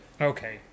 okay